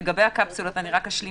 הקפסולות, רק אשלים